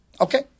Okay